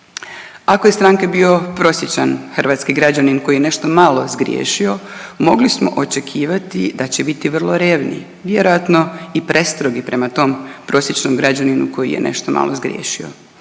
Ako je stranka bio prosječan hrvatski građanin koji je nešto malo zgriješio, mogli smo očekivati da će biti vrlo revni, vjerojatno i prestrogi prema tom prosječnom građaninu koji je nešto malo zgriješio